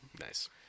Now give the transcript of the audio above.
Nice